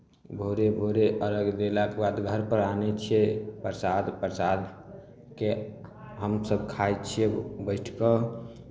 भोरे भोरे अर्घ्य देलाके बाद घरपर आनै छियै प्रसाद प्रसादकेँ हमसभ खाइ छियै बैठि कऽ